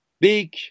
big